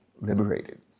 liberated